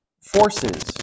forces